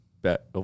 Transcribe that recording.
bet